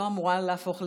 היא לא אמורה להפוך לנאום.